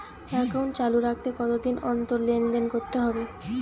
Account চালু রাখতে কতদিন অন্তর লেনদেন করতে হবে?